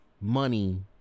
money